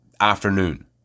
afternoon